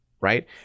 right